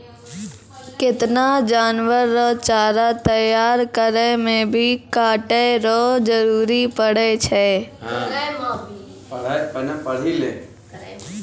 केतना जानवर रो चारा तैयार करै मे भी काटै रो जरुरी पड़ै छै